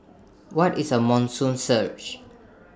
what is A monsoon surge